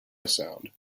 sound